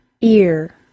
ear